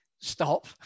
Stop